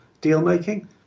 deal-making